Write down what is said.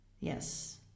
Yes